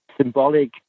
symbolic